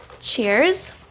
cheers